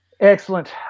Excellent